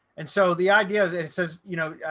and so the idea is it says, you know,